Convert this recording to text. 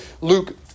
Luke